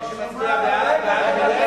מי שמצביע בעד,